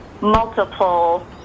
multiple